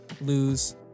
lose